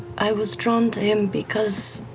i was drawn to him because